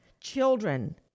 children